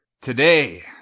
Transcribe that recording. Today